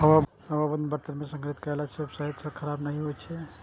हवाबंद बर्तन मे संग्रहित कयला सं शहद खराब नहि होइ छै